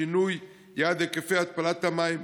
שינוי יעד היקפי התפלת המים,